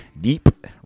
deep